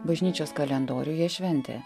bažnyčios kalendoriuje šventė